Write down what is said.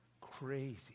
Crazy